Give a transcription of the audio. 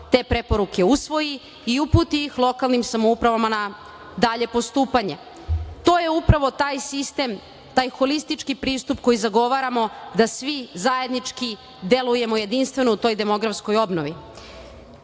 te preporuke usvoji i uputi ih lokalnim samoupravama na dalje postupanje. To je upravo taj sistem, taj holistički pristup koji zagovaramo da svi zajednički delujemo jedinstveno u toj demografskoj